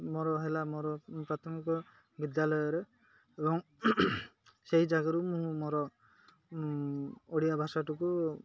ମୋର ହେଲା ମୋର ପ୍ରାଥମିକ ବିଦ୍ୟାଳୟରେ ଏବଂ ସେଇ ଜାଗାରୁ ମୁଁ ମୋର ଓଡ଼ିଆ ଭାଷାଟିକୁ